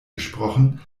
gesprochen